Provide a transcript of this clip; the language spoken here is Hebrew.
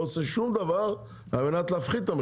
עושה שום דבר על מנת להפחית את המחירים,